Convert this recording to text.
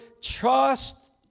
Trust